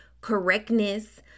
correctness